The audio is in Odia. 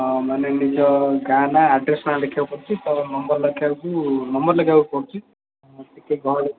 ହଁ ମାନେ ନିଜ ଗାଆଁ ନାଁ ଆଡ଼୍ରେସ୍ ନାଁ ଲେଖିବାକୁ ପଡ଼ୁଛି ତ ନମ୍ବର ଲେଖିବାକୁ ନମ୍ବର ଲେଖିବାକୁ ପଡ଼ୁଛି ଟିକେ ଗହଳି